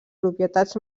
propietats